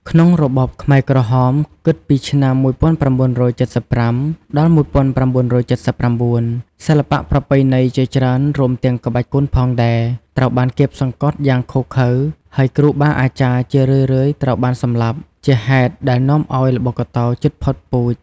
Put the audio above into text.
ក្នុងរបបខ្មែរក្រហម គិតពីឆ្នាំ ១៩៧៥ ដល់ ១៩៧៩ សិល្បៈប្រពៃណីជាច្រើន រួមទាំងក្បាច់គុនផងដែរ ត្រូវបានគាបសង្កត់យ៉ាងឃោរឃៅ ហើយគ្រូបាអាចារ្យជារឿយៗត្រូវបានសម្លាប់ ជាហេតុដែលនាំឱ្យល្បុក្កតោជិតផុតពូជ។